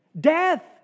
death